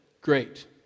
great